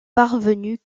parvenues